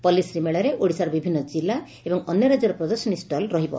ପଲ୍ଲୀଶ୍ରୀ ମେଳାରେ ଓଡିଶାର ବିଭିନ୍ କିଲ୍ଲା ଏବଂ ଅନ୍ୟ ରାଜ୍ୟର ପ୍ରଦର୍ଶନୀ ଷ୍ଟଲ ରହିବ